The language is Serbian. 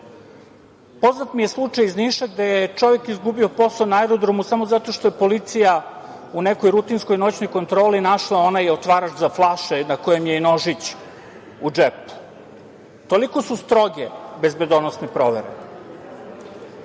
Poznat mi je slučaj iz Niša gde je čovek izgubio posao na aerodromu samo zato što je policija u nekoj rutinskoj noćnoj kontroli našla onaj otvarač za flaše na kojem je nožić u džepu. Toliko su stroge bezbedonosne provere. Ja